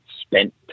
spent